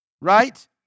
right